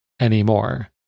anymore